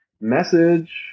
message